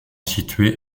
situé